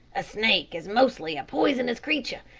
a snake is mostly a poisonous creature,